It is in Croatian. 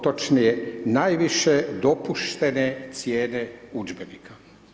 Točnije, najviše dopuštene cijene udžbenika.